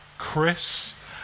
Chris